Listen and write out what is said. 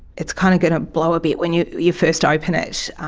it's kind of going to blow a bit when you you first open it.